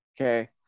Okay